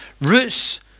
roots